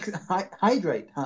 hydrate